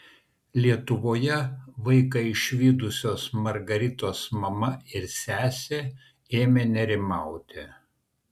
lietuvoje vaiką išvydusios margaritos mama ir sesė ėmė nerimauti